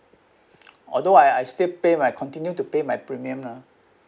although I I still pay my continue to pay my premium lah